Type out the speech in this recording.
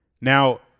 Now